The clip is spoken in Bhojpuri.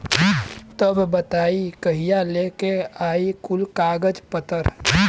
तब बताई कहिया लेके आई कुल कागज पतर?